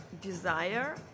desire